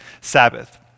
Sabbath